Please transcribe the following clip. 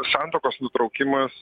santuokos nutraukimas